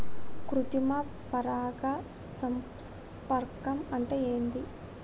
కృత్రిమ పరాగ సంపర్కం అంటే ఏంది?